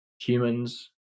humans